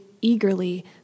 eagerly